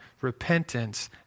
repentance